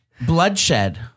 Bloodshed